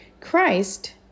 Christ